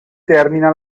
termina